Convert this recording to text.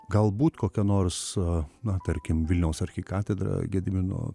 galbūt kokia nors a na tarkim vilniaus arkikatedra gedimino